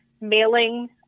mailing